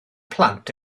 plant